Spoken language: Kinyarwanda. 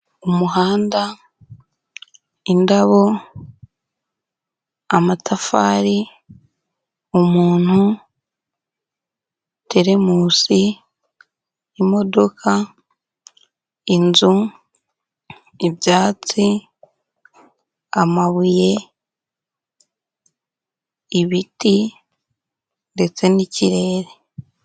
Umuhanda, indabo, amatafari, umuntu, teremusi, imodoka, inzu, ibyatsi, amabuye, ibiti ndetse n'ikirere.